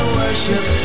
worship